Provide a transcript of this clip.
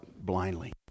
blindly